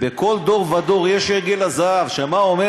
בכל דור ודור יש עגל זהב, שמה אומר?